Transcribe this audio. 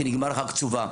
כי נגמר לך הקצובה.